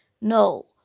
No